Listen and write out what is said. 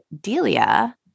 Delia